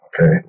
okay